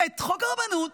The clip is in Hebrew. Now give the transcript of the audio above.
את חוק הרבנות?